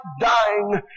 dying